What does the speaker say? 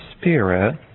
Spirit